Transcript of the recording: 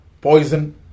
poison